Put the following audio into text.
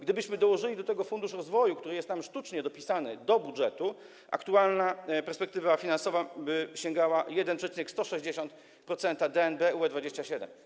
Gdybyśmy dołożyli do tego fundusz rozwoju, który jest tam sztucznie dopisany do budżetu, aktualna perspektywa finansowa by sięgała 1,169% DNB UE-27.